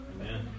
Amen